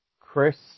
Chris